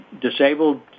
disabled